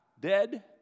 dead